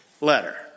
letter